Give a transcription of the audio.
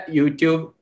YouTube